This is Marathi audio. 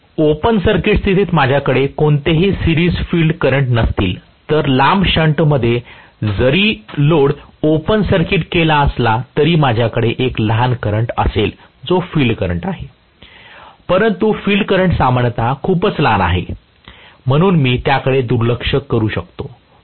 तर ओपन सर्किट स्थितीत माझ्याकडे कोणतेही सिरिज फील्ड करंट नसतील तर लांब शंटमध्ये जरी लोड ओपन सर्किट केला असला तरी माझ्याकडे एक लहान करंट असेल जो फील्ड करंट आहे परंतु फील्ड करंट सामान्यतः खूपच लहान आहे म्हणून मी त्याकडे दुर्लक्ष करू शकतो